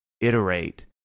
iterate